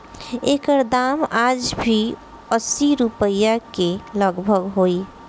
एकर दाम आज भी असी रुपिया के लगभग होई